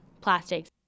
plastics